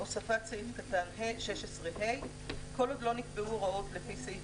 הוספת סעיף קטן 16 (ה): "(ה)כל עוד לא נקבעו הוראות לפי סעיף